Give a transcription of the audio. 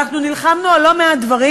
ונלחמנו על לא מעט דברים.